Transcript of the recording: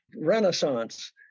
renaissance